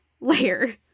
layer